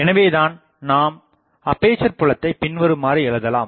எனவேதான் நாம் அப்பேசர் புலத்தைப் பின்வருமாறு எழுதலாம்